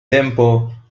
tempo